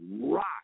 rock